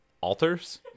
altars